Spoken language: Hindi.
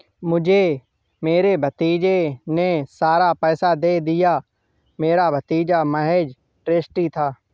मुझे मेरे भतीजे ने सारा पैसा दे दिया, मेरा भतीजा महज़ ट्रस्टी था